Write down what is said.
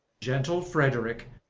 gentle frederick,